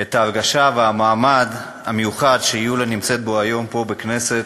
את ההרגשה ואת המעמד המיוחד של יוליה היום פה בכנסת,